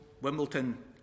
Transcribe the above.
Wimbledon